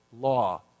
law